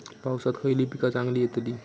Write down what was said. पावसात खयली पीका चांगली येतली?